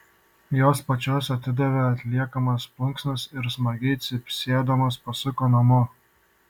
jos pačios atidavė atliekamas plunksnas ir smagiai cypsėdamos pasuko namo